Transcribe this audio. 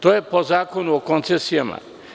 To je po Zakonu o koncesijama.